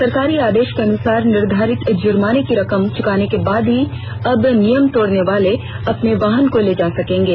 सरकारी आदेश के अनुसार निर्धारित जुर्माने की रकम चुकाने के बाद ही अब नियम तोड़ने वाले अपने वाहन ले जा सकेंगे